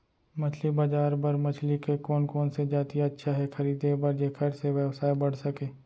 मछली बजार बर मछली के कोन कोन से जाति अच्छा हे खरीदे बर जेकर से व्यवसाय बढ़ सके?